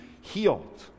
healed